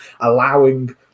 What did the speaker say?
allowing